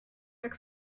jak